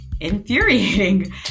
infuriating